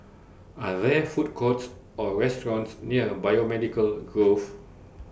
Are There Food Courts Or restaurants near Biomedical Grove